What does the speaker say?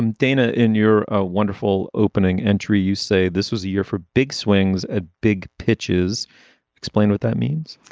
um dana, in your ah wonderful opening entry, you say this was a year for big swings, a big pitches explain what that means,